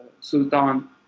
Sultan